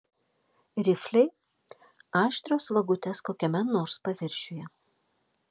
rifliai aštrios vagutės kokiame nors paviršiuje